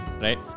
Right